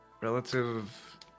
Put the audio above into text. relative